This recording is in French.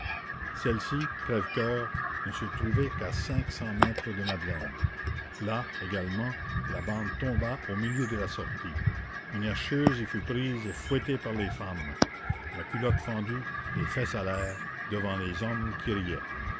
celle-ci crèvecoeur ne se trouvait qu'à cinq cents mètres de madeleine là également la bande tomba au milieu de la sortie une herscheuse y fut prise et fouettée par les femmes la culotte fendue les fesses à l'air devant les hommes qui riaient